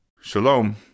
Shalom